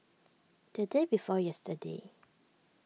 the day before yesterday